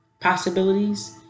possibilities